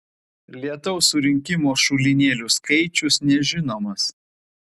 lietaus surinkimo šulinėlių skaičius nežinomas